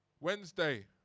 Wednesday